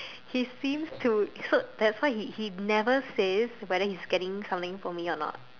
he seems to so that's why he he never say but he's getting something for me or not